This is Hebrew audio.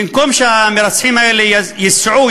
במקום שהמרצחים האלה ייסעו,